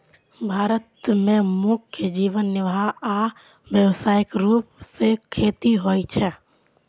भारत मे मुख्यतः जीवन निर्वाह आ व्यावसायिक रूप सं खेती होइ छै